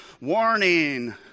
Warning